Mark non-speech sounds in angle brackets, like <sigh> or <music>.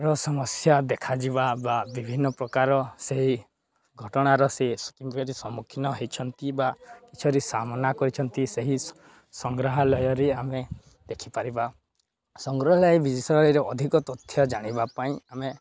ର ସମସ୍ୟା ଦେଖାଯିବା ବା ବିଭିନ୍ନ ପ୍ରକାର ସେହି ଘଟଣାର ସେ <unintelligible> ସମ୍ମୁଖୀନ ହେଇଛନ୍ତି ବା କିଛିରେ ସାମନା କରିଛନ୍ତି ସେହି ସଂଗ୍ରାଳୟରେ ଆମେ ଦେଖିପାରିବା ସଂଗ୍ରାଳୟ ବିଷୟରେ ଅଧିକ ତଥ୍ୟ ଜାଣିବା ପାଇଁ ଆମେ